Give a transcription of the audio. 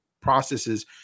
processes